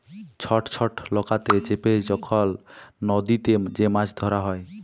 ছট ছট লকাতে চেপে যখল লদীতে যে মাছ ধ্যরা হ্যয়